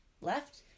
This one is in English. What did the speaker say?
left